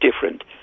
Different